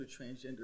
transgender